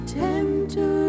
tempter